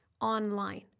online